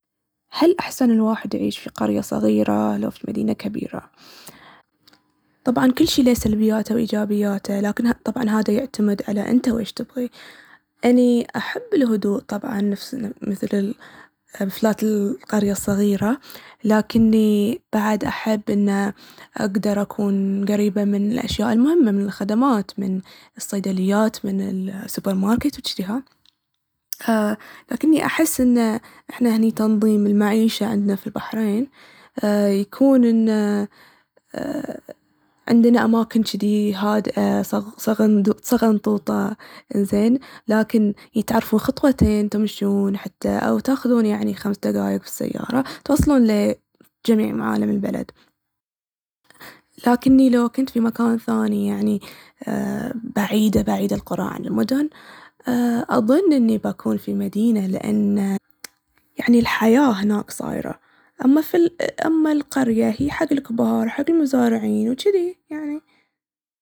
هل أحسن الواحد يعيش في قرية صغيرة لو في مدينة كبيرة؟ طبعاً كل شي ليه سلبياته و إيجابياته لكن ه- طبعاً هدا يعتمد على إنته ويش تبغي. أني أحب الهدوء طبعاً، نفس ال- مثل ال- مثلات القرية الصغيرة، لكني بعد أحب إنه أقدر أكون قريبة من الأشياء المهمة من الخدمات، من الصيدليات، من السوبرماركت و چديها. أ- لكني أحس ان احنا هني تنظيم المعيشة عندنا في البحرين أ- يكون إن عندنا أماكن چدي هادئة، صغ- صغنطوطة، انزين. لكن تعرفون خطوتين تمشون حتى أو تاخذون يعني خمس دقايق في السيارة، توصلون لي جميع معالم البلد. لكني لو كنت في مكان ثاني يعني، أ- بعيدة بعيدة القرى عن المدن، أ- أضن إني بكون في المدينة، لأن يعني الحياة هناك صايرة. أما في- أما القرية هي حق الكبار، حق المزارعين، و چدي، يعني.